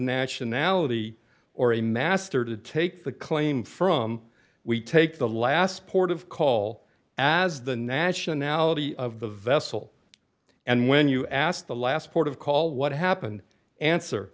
nationality or a master to take the claim from we take the last port of call as the nationality of the vessel and when you ask the last port of call what happened answer